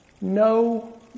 no